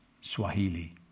Swahili